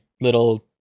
little